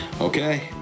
Okay